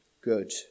good